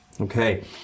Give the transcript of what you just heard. Okay